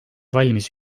valmis